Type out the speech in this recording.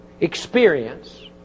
experience